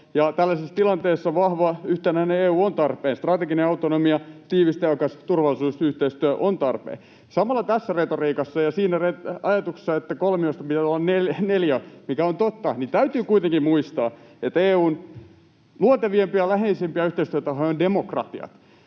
tällaisessa tilanteessa vahva, yhtenäinen EU on tarpeen, strateginen autonomia, tiivis, tehokas turvallisuusyhteistyö ovat tarpeen. Samalla tässä retoriikassa ja siinä ajatuksessa, että kolmiosta pitää tulla neliö, mikä on totta, täytyy kuitenkin muistaa, että EU:n luontevimpia ja läheisimpiä yhteistyötahoja ovat demokratiat,